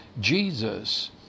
Jesus